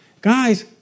guys